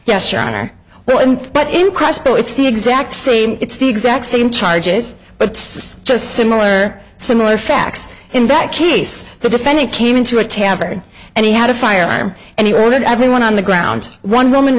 yes your honor well but in crossbow it's the exact same it's the exact same charges but just similar similar facts in that case the defendant came into a tavern and he had a firearm and he ordered everyone on the ground one woman